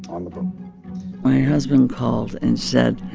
on the boat my husband called and said,